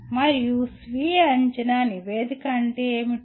మరియు స్వీయ అంచనా నివేదిక అంటే ఏమిటి